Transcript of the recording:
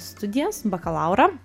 studijas bakalaurą